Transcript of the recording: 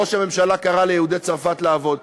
שקיים, ראש הממשלה קרא ליהודי צרפת לבוא.